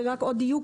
רק עוד דיוק,